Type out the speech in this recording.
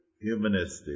humanistic